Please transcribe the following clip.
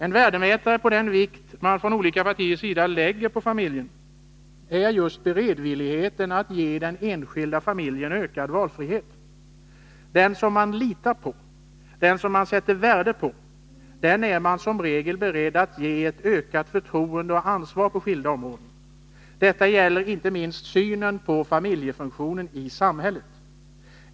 En värdemätare på den vikt man från olika partiers sida lägger vid familjen är just beredvilligheten att ge den enskilda familjen ökad valfrihet. Den som man litar på, den som man sätter värde på, den är man som regel beredd att ge ett ökat förtroende och ansvar på skilda områden. Detta gäller inte minst synen på familjefunktionen i samhället.